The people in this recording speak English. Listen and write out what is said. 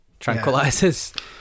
Tranquilizers